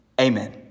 Amen